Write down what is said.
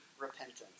repentance